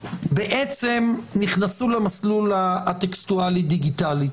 נכנסו למסלול הטקסטואלי-דיגיטלי.